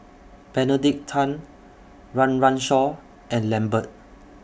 Benedict Tan Run Run Shaw and Lambert